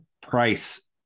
price